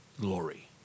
glory